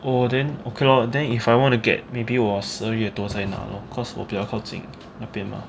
oh then okay lor then if I want to get maybe 我十二月多才拿 lor because 我比较靠近那边 mah